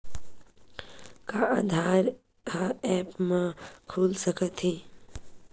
का आधार ह ऐप म खुल सकत हे?